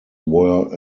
were